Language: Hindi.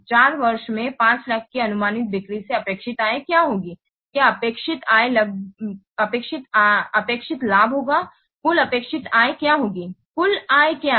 4 वर्षों में 500000 की अनुमानित बिक्री से अपेक्षित आय क्या होगी क्या अपेक्षित लाभ होगा कुल अपेक्षित आय क्या होगी कुल आय क्या है